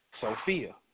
Sophia